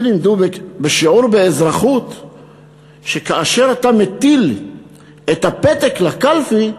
אותי לימדו בשיעור אזרחות שכאשר אתה מטיל את הפתק לקלפי,